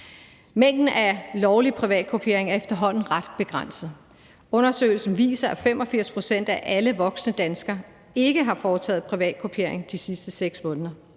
Mængden af lovlig privatkopiering er efterhånden ret begrænset. Undersøgelsen viser, at 85 pct. af alle voksne danskere ikke har foretaget privatkopiering de sidste 6 måneder,